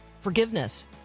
forgiveness